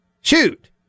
Shoot